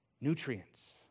nutrients